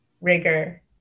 rigor